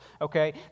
okay